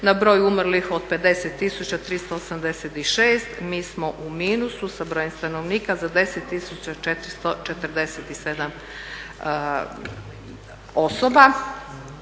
na broj umrlih od 50 386 mi smo u minusu sa brojem stanovnika za 10 447 osoba